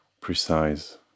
precise